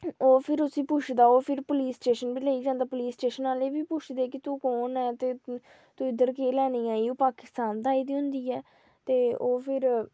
ओह् फिर उस्सी पुच्छदा ओह् फिर उस्सी पुलिस स्टेशन बी लेइयै जंदा पुलिस स्टेशन आह्ले बी पुच्छदे की तूं कु'न ऐ तूं इद्धर केह् लैने गी आई ओह् पाकिस्तान दा आई दी होंदी ऐ ते ओह् फिर